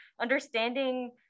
understanding